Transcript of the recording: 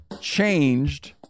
changed